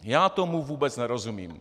Já tomu vůbec nerozumím.